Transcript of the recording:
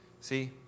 See